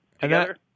together